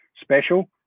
special